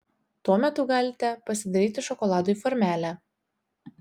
tuo metu galite pasidaryti šokoladui formelę